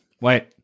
Wait